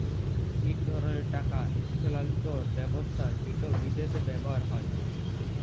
ইক ধরলের টাকা ইস্থালাল্তর ব্যবস্থা যেট বিদেশে ব্যাভার হ্যয়